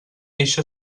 eixe